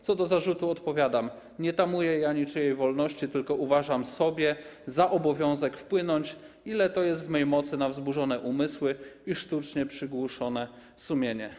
Co do zarzutu odpowiadam: nie tamuję ja niczyjej wolności, tylko uważam sobie za obowiązek wpłynąć, o ile to jest w mej mocy, na wzburzone umysły i sztucznie przygłuszone sumienie.